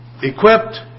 equipped